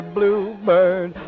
Bluebird